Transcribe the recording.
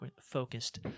focused